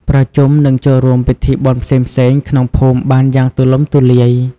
ប្រជុំ និងចូលរួមពិធីបុណ្យផ្សេងៗក្នុងភូមិបានយ៉ាងទូលំទូលាយ។